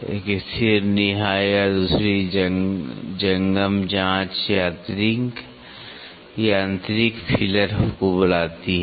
एक स्थिर निहाई और दूसरी जंगम जांच यांत्रिक फीलर को बुलाती है